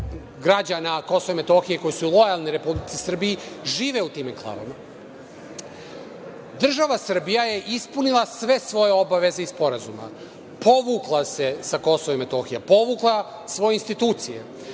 građana Kosova i Metohije, koji su lojalni Republici Srbiji, žive u tima enklavama. Država Srbija je ispunila sve svoje obaveze iz Sporazuma. Povukla se sa Kosova i Metohije, povukla svoje institucije,